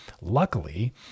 luckily